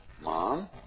Mom